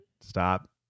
stop